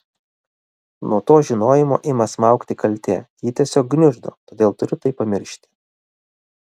nuo to žinojimo ima smaugti kaltė ji tiesiog gniuždo todėl turiu tai pamiršti